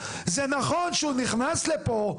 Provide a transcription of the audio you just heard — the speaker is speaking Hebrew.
זה נכון שהוא נכנס לפה,